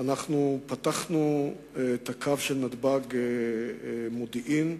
פתחנו את הקו נתב"ג מודיעין.